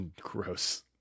Gross